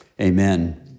amen